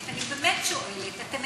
אני באתי לומר את שלי, את רוצה?